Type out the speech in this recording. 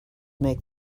make